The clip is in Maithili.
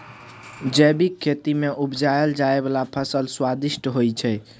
जैबिक खेती मे उपजाएल जाइ बला फसल स्वादिष्ट होइ छै